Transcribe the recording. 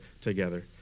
together